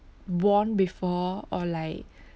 worn before or like